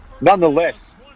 nonetheless